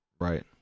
Right